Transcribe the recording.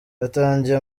hatangiye